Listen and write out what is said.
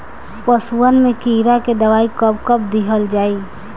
पशुअन मैं कीड़ा के दवाई कब कब दिहल जाई?